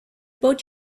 boat